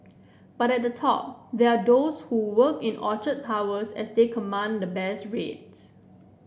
but at the top they are those who work in Orchard Towers as they command the best rates